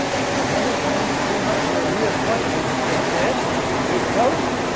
because every time he came up for a reappointment they said good coach,